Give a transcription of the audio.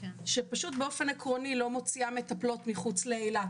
שפשוט באופן עקרוני לא מוציאה מטפלות מחוץ לאילת,